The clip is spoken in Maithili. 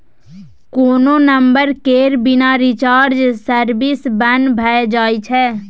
कोनो नंबर केर बिना रिचार्ज सर्विस बन्न भ जाइ छै